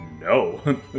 no